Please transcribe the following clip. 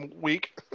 week